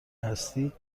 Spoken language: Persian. هستی